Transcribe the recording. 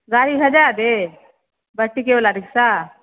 गाड़ी भेजाए दी बैटिके वाला रिक्शा